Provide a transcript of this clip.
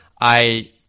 I-